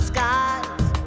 Skies